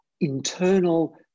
internal